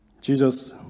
Jesus